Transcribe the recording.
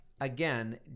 Again